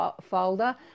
folder